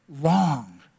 long